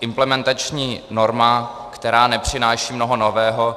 implementační norma, která nepřináší mnoho nového.